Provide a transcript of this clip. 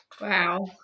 wow